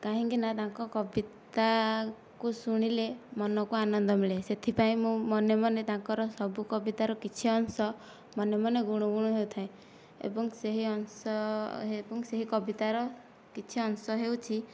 କାହିଁକି ନା ତାଙ୍କ କବିତାକୁ ଶୁଣିଲେ ମନକୁ ଆନନ୍ଦ ମିଳେ ସେଥିପାଇଁ ମୁଁ ମନେ ମନେ ତାଙ୍କର ସବୁ କବିତାର କିଛି ଅଂଶ ମନେ ମନେ ଗୁଣୁ ଗୁଣୁ ହେଉଥାଏ ଏବଂ ସେହି ଅଂଶ ଏବଂ ସେହି କବିତାର କିଛି ଅଂଶ ହେଉଛି